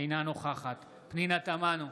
אינה נוכחת פנינה תמנו,